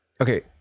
okay